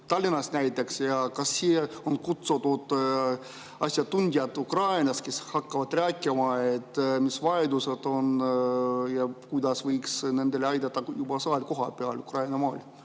Tallinnas näiteks, ja kas siia on kutsutud asjatundjad Ukrainast, kes hakkavad rääkima, mis vajadused on ja kuidas võiks neid aidata kohapeal Ukrainamaal.